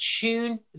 tune